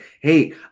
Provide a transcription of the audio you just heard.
hey